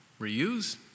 reuse